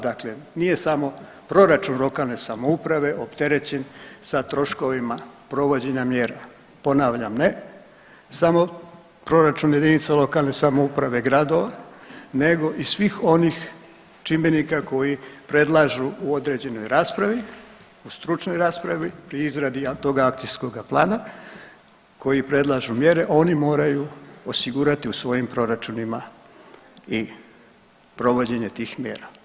Dakle, nije samo proračun lokalne samouprave opterećen sa troškovima provođenja mjera, ponavljam ne samo proračun jedinica lokalne samouprave gradova nego i svih onih čimbenika koji predlažu u određenoj raspravi, u stručnoj raspravi pri izradi toga akcijskoga plana koji predlažu mjere oni moraju osigurati u svojim proračunima i provođenje tih mjera.